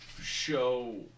show